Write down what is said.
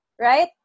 Right